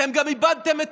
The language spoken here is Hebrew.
אתם עושים את